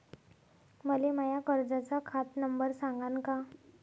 मले माया कर्जाचा खात नंबर सांगान का?